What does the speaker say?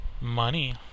money